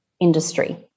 industry